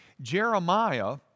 Jeremiah